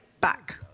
back